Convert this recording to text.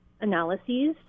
analyses